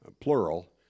plural